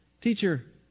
Teacher